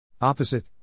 Opposite